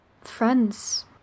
Friends